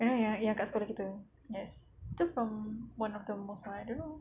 you know yang yang kat sekolah kita yes tu from one of the mosques ah I don't know